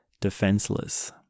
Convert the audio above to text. defenseless